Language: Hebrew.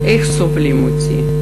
/ איך סובלים אותי?